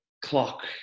clock